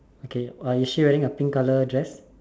okay uh is she wearing a pink colour dress